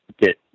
get